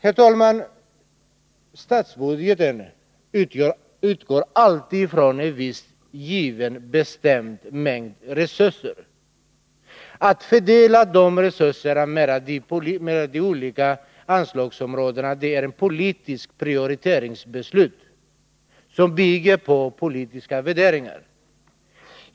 Herr talman! Statsbudgeten utgår alltid från en given mängd resurser. Fördelning av dessa resurser mellan de olika anslagsområdena förutsätter ett politiskt prioriteringsbeslut, som bygger på politiska värderingar.